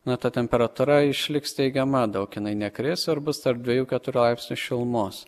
na ta temperatūra išliks teigiama daug jinai nekris ir bus tarp dviejų keturių laipsnių šilumos